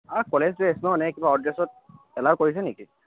অঁ college dress ন নে কিবা আউট ড্ৰেছত এলাউ কৰিছে নেকি